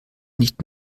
nicht